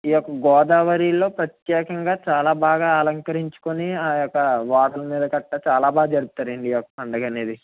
ఈ యొక్క గోదావరిలో ప్రత్యేకంగా చాలా బాగా అలంకరించుకొని ఆ యొక్క వాటర్ మీద గట్రా చాలా బాగా జరుపుతారు అండి ఈ యొక్క పండుగ అనేది